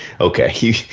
okay